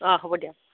অঁ হ'ব দিয়া